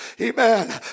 Amen